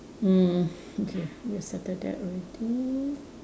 mm okay we settle that already